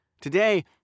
Today